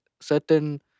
certain